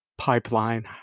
pipeline